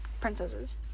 princesses